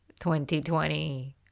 2020